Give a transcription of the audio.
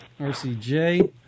RCJ